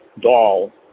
doll